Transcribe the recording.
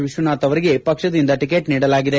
ವಿಶ್ವನಾಥ್ ಅವರಿಗೆ ಪಕ್ಷದಿಂದ ಟಿಕೆಟ್ ನೀಡಲಾಗಿದೆ